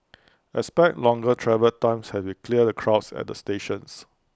expect longer travel times as we clear the crowds at the stations